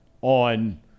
on